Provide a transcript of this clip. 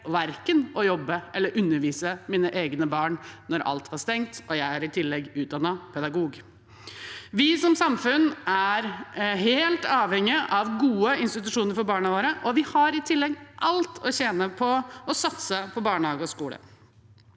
verken å jobbe eller å undervise mine egne barn da alt var stengt, og jeg er i tillegg utdannet pedagog. Vi som samfunn er helt avhengige av gode institusjoner for barna våre, og vi har i tillegg alt å tjene på å satse på barnehage og skole.